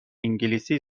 انگلیسی